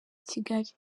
kigali